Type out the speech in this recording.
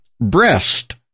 breast